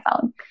phone